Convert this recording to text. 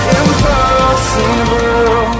impossible